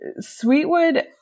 Sweetwood